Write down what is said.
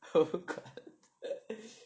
我不管